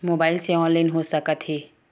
Mobile से online हो सकत हे?